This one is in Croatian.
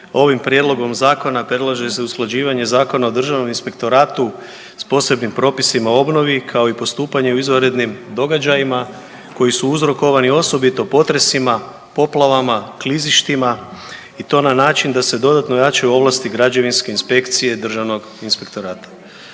Ovim prijedlogom zakona predlaže se usklađivanje Zakona o državnom inspektoratom s posebnim propisima o obnovi, kao i postupanje u izvanrednim događajima koji su uzrokovani osobito potresima, poplavama, klizištima i to na način da se dodatno ojačaju ovlasti građevinske inspekcije državnog inspektorata.